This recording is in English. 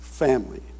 family